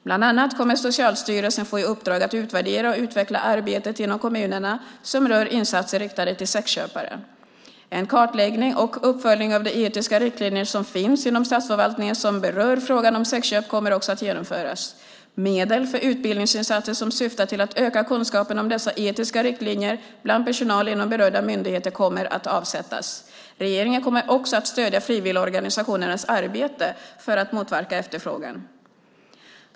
Bland annat kommer Socialstyrelsen att få i uppdrag att utvärdera och utveckla arbetet inom kommunerna som rör insatser riktade till sexköpare. En kartläggning och uppföljning av de etiska riktlinjer som finns inom statsförvaltningen som berör frågan om sexköp kommer också att genomföras. Medel för utbildningsinsatser som syftar till att öka kunskapen om dessa etiska riktlinjer bland personal inom berörda myndigheter kommer att avsättas. Regeringen kommer också att stödja frivilligorganisationernas arbete för att motverka efterfrågan.